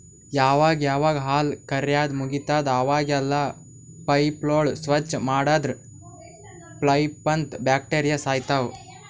ಯಾವಾಗ್ ಯಾವಾಗ್ ಹಾಲ್ ಕರ್ಯಾದ್ ಮುಗಿತದ್ ಅವಾಗೆಲ್ಲಾ ಪೈಪ್ಗೋಳ್ ಸ್ವಚ್ಚ್ ಮಾಡದ್ರ್ ಪೈಪ್ನಂದ್ ಬ್ಯಾಕ್ಟೀರಿಯಾ ಸಾಯ್ತವ್